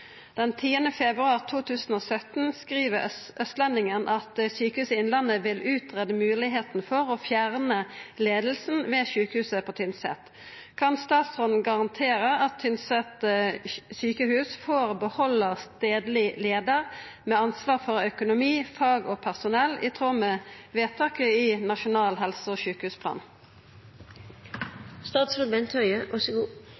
10. februar 2017 skriver Østlendingen at Sykehuset Innlandet vil utrede muligheten for å fjerne ledelsen ved sjukehuset på Tynset. Kan statsråden garantere at Tynset sykehus får beholde stedlig leder med ansvar for økonomi, fag og personell, i tråd med vedtaket i Nasjonal helse- og